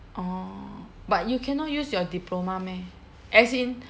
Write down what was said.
orh but you cannot use your diploma meh as in